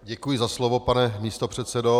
Děkuji za slovo, pane místopředsedo.